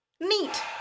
Neat